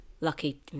Lucky